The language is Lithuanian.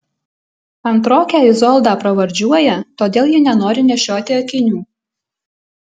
antrokę izoldą pravardžiuoja todėl ji nenori nešioti akinių